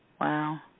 Wow